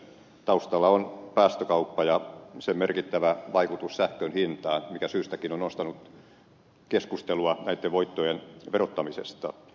taustalla on päästökauppa ja sen merkittävä vaikutus sähkön hintaan mikä syystäkin on nostanut keskustelua näitten voittojen verottamisesta